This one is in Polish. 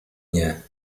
nie